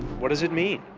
what does it mean?